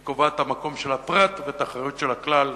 היא קובעת את המקום של הפרט ואת האחריות של הכלל,